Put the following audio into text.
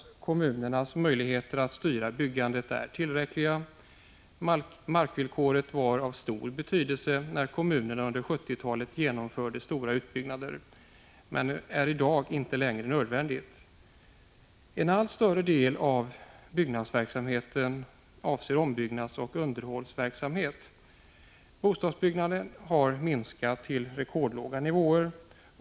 Kommunernas möjligheter att styra byggandet är tillräckliga. Markvillkoret var av stor betydelse när kommunerna under 1970-talet genomförde stora utbyggnader, men är i dag inte längre nödvändigt. En allt större del av byggnadsverksamheten avser ombyggnad och underhåll. Bostadsbyggandet har minskat till rekordlåga nivåer.